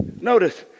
Notice